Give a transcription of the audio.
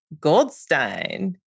Goldstein